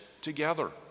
together